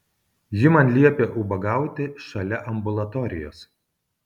ji man liepė ubagauti šalia ambulatorijos